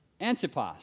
Antipas